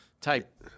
type